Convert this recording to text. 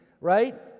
right